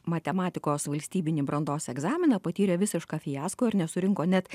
matematikos valstybinį brandos egzaminą patyrė visišką fiasko ir nesurinko net